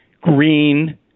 green